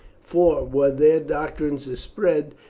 for, were their doctrines to spread,